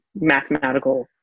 mathematical